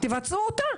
תבצעו אותה,